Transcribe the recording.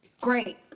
great